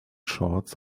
shorts